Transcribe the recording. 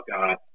God